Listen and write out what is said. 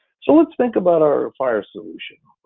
so let's think about our fire solution.